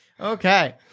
Okay